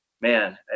man